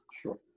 Sure